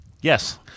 Yes